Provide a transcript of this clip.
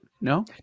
no